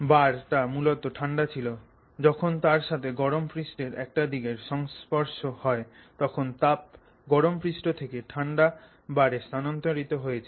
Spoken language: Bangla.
বার টা মূলত ঠান্ডা ছিল যখন তার সাথে গরম পৃষ্ঠের একটা দিকের সংস্পর্শ হয় তখন তাপ গরম পৃষ্ঠ থেকে ঠান্ডা বারে স্থানান্তরিত হয়েছিল